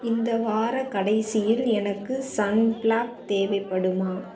இந்த வாரக்கடைசியில் எனக்கு சன் ப்ளாக் தேவைப்படுமா